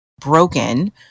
broken